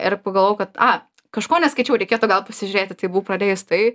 ir pagalvojau kad a kažko neskaičiau reikėtų gal pasižiūrėti tai buvau pradėjus tai